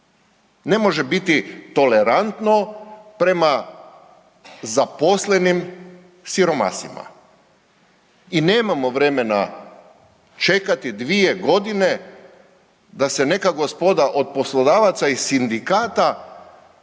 Ne može biti tolerantno prema zaposlenim siromasima. I nemamo vremena čekati 2 godine da se neka gospoda od poslodavaca i sindikata